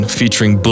featuring